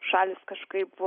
šalys kažkaip